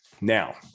Now